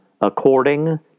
according